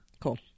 cool